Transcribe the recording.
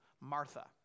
Martha